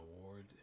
award